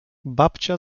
babcia